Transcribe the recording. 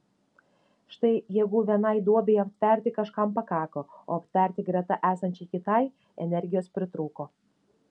štai jėgų vienai duobei aptverti kažkam pakako o aptverti greta esančiai kitai energijos pritrūko